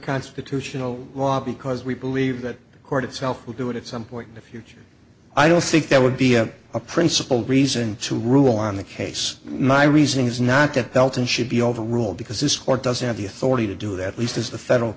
constitutional law because we believe that the court itself will do it at some point in the future i don't think that would be a principled reason to rule on the case my reasoning is not that elton should be overruled because this court doesn't have the authority to do it at least as the federal